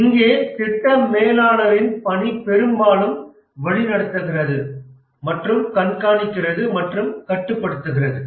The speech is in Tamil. இங்கே திட்ட மேலாளரின் பணி பெரும்பாலும் வழிநடத்துகிறது மற்றும் கண்காணிக்கிறது மற்றும் கட்டுப்படுத்துகிறது